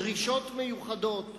דרישות מיוחדות?